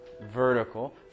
vertical